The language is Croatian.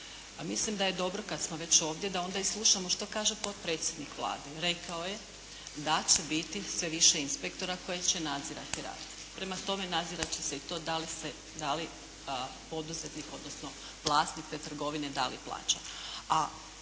Mislim da je dobro kada smo već ovdje da onda i slušamo što kaže potpredsjednik Vlade. Rekao je da će biti sve više inspektora koji će nadzirati rad. Prema tome, nadzirati će se i to da li poduzetnik, odnosno vlasnik te trgovine da li plaća.